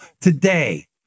today